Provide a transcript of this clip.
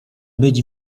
być